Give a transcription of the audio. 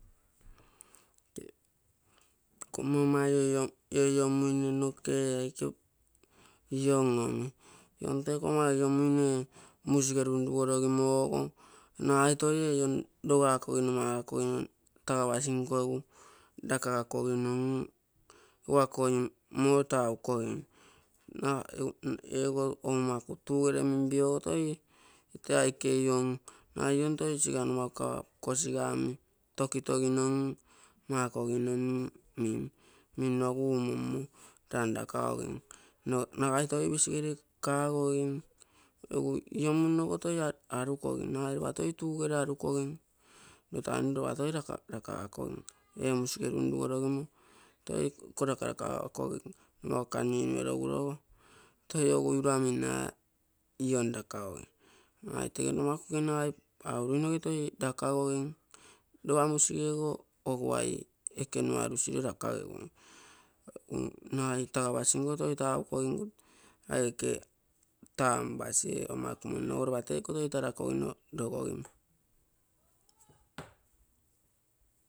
Nkomma aike ama ioiomuine noke ee aike iong omi. iong teko ama ioiomuine musige runru goro gimogo nagai toi ee iong rogakogino maga kogino tagapasinko lakagakogimo egu akoi muo taukogim. nagai ego oumakutuuge ere minpio ogo toi tee aike iong. nagai iong toi siga nomakuga kosiga mm tokitogino mako gino mim. minno egu uumonmo lanlakagogim. nagai toi pisigere tagogim egu iomunno ogo toi olukogim nagai. lopa toi tuugere olugogim nno taino lopa toi lakagakogim ee musige run-rugo rogimo toi iko lakalaka gakogim. nomaguga minue logurogo toi ogui ura minna ion lakago gim nagai tege nomakuge nagai ouruinoge toi lakagogim. lopa musigego oguai ekenua orusiro kakagegui. nagai nagai pasinko toi taukogim, aike tanpasi e ama ekumonno go lopa tee ike rice toi tarakogim logotime.